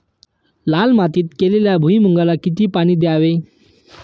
लाल मातीत केलेल्या भुईमूगाला किती पाणी द्यावे?